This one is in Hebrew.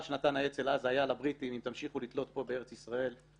האזהרה שהאצ"ל נתן אז הייתה לבריטים: אם תמשיכו לתלות פה בארץ ישראל,